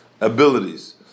abilities